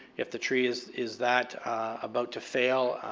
if the tree is is that about to fail,